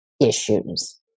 issues